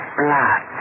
blood